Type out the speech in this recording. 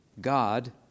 God